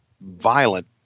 violent